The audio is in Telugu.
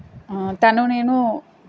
తను నేను